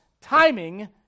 timing